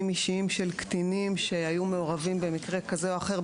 אישיים של קטינים שהיו מעורבים במקרה כזה או אחר,